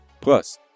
Plus